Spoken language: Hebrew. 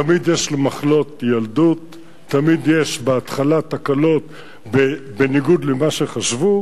תמיד יש מחלות ילדות ותמיד יש בהתחלה תקלות בניגוד למה שחשבו.